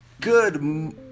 Good